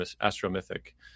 astro-mythic